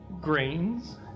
grains